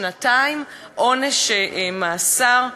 שנתיים עונש מאסר?